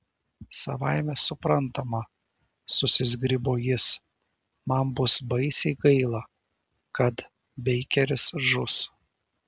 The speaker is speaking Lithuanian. savaime suprantama susizgribo jis man bus baisiai gaila kad beikeris žus